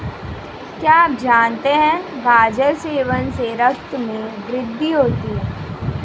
क्या आप जानते है गाजर सेवन से रक्त में वृद्धि होती है?